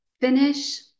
finish